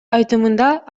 айтымында